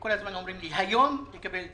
כל הזמן אומרים לי: "היום תקבל תשובה",